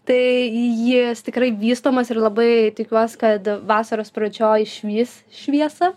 tai jis tikrai vystomas ir labai tikiuos kad vasaros pradžioj išvys šviesą